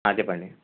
అదే పని